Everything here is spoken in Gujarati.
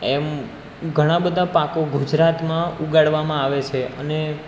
એમ ઘણા બધા પાકો ગુજરાતમાં ઉગાડવામાં આવે છે અને